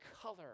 color